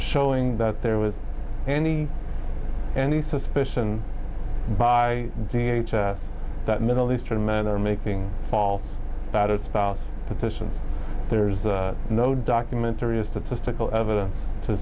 showing that there was any any suspicion by doing that middle eastern men are making false battered spouse petition there's no documentary a statistical evidence to